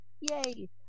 Yay